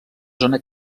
zona